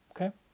Okay